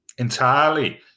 Entirely